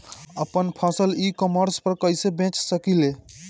आपन फसल e commerce पर कईसे बेच सकिले?